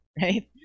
right